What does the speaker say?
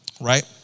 right